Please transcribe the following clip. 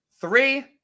Three